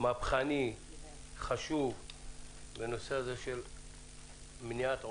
מהפכני וחשוב בנושא של מניעת עושק,